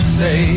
say